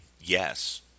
Yes